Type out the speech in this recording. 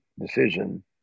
decision